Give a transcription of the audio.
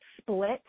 split